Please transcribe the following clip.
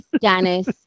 Dennis